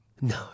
No